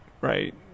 right